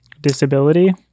Disability